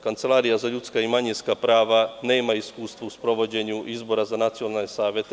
Kancelarija za manjinska i ljudska prava nema iskustva u sprovođenju izbora za nacionalne savete.